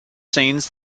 scenes